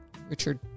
Richard